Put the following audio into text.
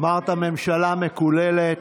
אמרת "ממשלה מקוללת",